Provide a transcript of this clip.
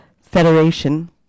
federation